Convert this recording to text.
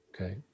Okay